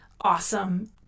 awesome